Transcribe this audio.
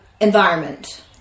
environment